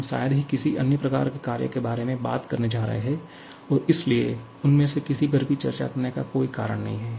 हम शायद ही किसी अन्य प्रकार के कार्य के बारे में बात करने जा रहे हैं और इसलिए उनमें से किसी पर भी चर्चा करने का कोई कारण नहीं है